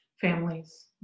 families